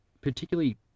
particularly